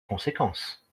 conséquences